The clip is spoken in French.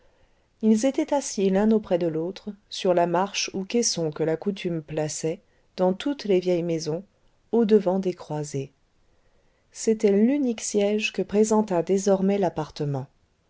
ils étaient assis l'un auprès de l'autre sur la marche ou caisson que la coutume plaçait dans toutes les vieilles maisons au-devant des croisées c'était l'unique siège que présentât désormais l'appartement